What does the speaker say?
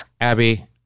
Abby